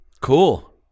Cool